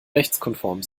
rechtskonform